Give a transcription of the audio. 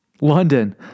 London